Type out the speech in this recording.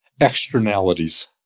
externalities